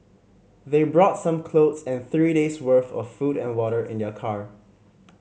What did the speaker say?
they brought some clothes and three days' worth of food and water in their car